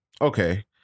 Okay